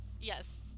Yes